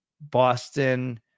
Boston